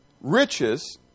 Riches